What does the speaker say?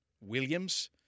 Williams